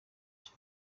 icyo